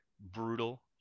brutal